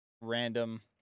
random